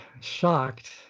shocked